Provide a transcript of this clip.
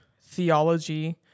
theology